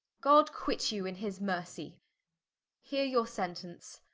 god quit you in his mercy hear your sentence